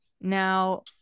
Now